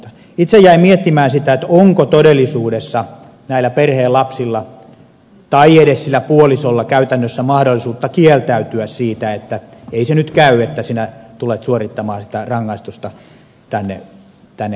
itse jäin miettimään sitä onko todellisuudessa näillä perheen lapsilla tai edes sillä puolisolla käytännössä mahdollisuutta kieltäytyä siitä todeta että ei se nyt käy että sinä tulet suorittamaan sitä rangaistusta tänne kotiin